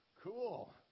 cool